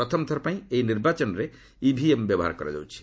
ପ୍ରଥମ ଥର ପାଇଁ ଏହି ନିର୍ବାଚନରେ ଇଭିଏମ ବ୍ୟବହାର କରାଯାଉଛି